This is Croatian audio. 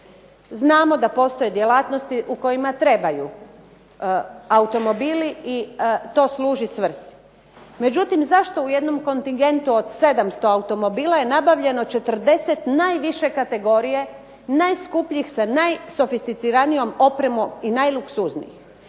Znamo da postoje djelatnosti u kojima trebaju automobili i to služi svrsi. Međutim, zato u jednom kontingentu od 700 automobila je nabavljeno 40 najviše kategorije, najskupljih, sa najsofisticiranijom opremom i najluksuzniji.